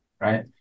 right